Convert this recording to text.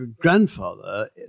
grandfather